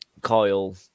Coyle